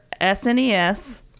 SNES